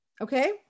Okay